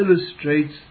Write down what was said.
illustrates